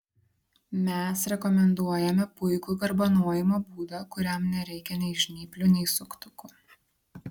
mes rekomenduojame puikų garbanojimo būdą kuriam nereikia nei žnyplių nei suktukų